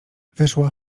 wyszła